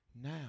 now